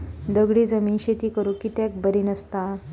दगडी जमीन शेती करुक कित्याक बरी नसता?